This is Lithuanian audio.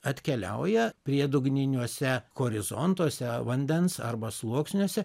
atkeliauja priedugniniuose horizontuose vandens arba sluoksniuose